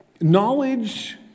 Knowledge